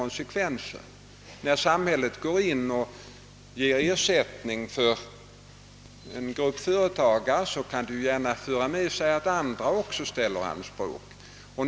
När samhället träder in och ger en grupp företagare ersättning av sådant här slag, kan ju detta medföra att även andra grupper ställer anspråk.